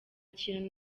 kintu